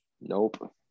nope